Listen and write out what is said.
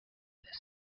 this